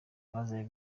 bazajya